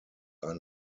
ein